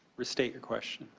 restate your question.